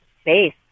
space